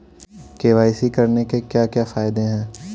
KYC करने के क्या क्या फायदे हैं?